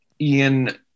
Ian